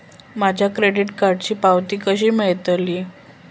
माझ्या क्रेडीट कार्डची पावती कशी मिळतली?